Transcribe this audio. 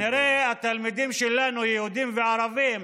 כנראה התלמידים שלנו, יהודים וערבים,